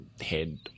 head